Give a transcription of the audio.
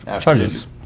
charges